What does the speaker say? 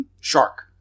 shark